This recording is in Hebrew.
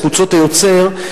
כמו "חוצות היוצר",